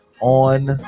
On